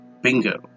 Bingo